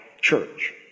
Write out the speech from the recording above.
church